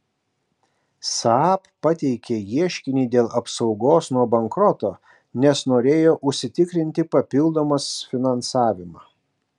saab pateikė ieškinį dėl apsaugos nuo bankroto nes norėjo užsitikrinti papildomas finansavimą